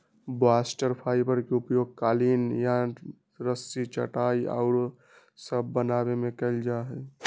bast fibre के उपयोग कालीन, यार्न, रस्सी, चटाइया आउरो सभ बनाबे में कएल जाइ छइ